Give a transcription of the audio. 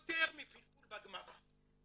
יותר מפלפול בגמרא.